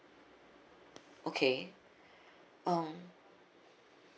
okay um